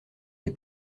des